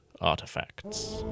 artifacts